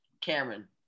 Cameron